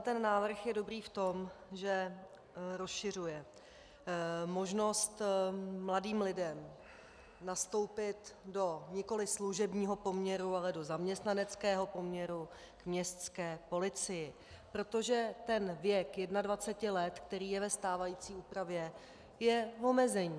Tento návrh je dobrý v tom, že rozšiřuje možnost mladým lidem nastoupit do nikoli služebního poměru, ale do zaměstnaneckého poměru k městské policii, protože ten věk 21 let, který je ve stávající úpravě, je omezení.